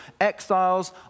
Exiles